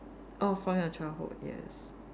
err from your childhood yes